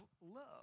love